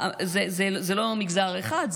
זה לא מגזר אחד,